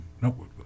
no